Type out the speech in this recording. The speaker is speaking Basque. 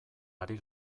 ari